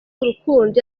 urukundo